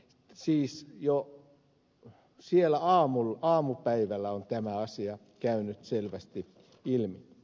siis siellä jo aamupäivällä on tämä asia käynyt selvästi ilmi